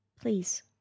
Please